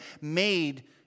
made